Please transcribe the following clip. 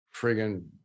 friggin